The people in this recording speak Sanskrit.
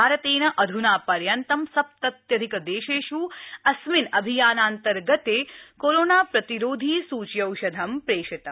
भारतेन अध्ना पर्यन्तं सप्तत्यधिक देशेष् अस्मिन् अभियानान्तर्गते कोरोनाप्रतिरोधी सूच्यौषधंप्रेषितम्